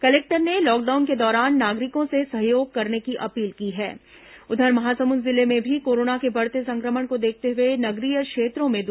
collector ने lockdown के दौरान नागरिकों से सहयोग करने की अपील की उधर महासमुंद जिले में भी कोरोना के बढ़ते संक्रमण को देखते हुए नगरीय क्षेत्रों में है